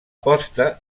posta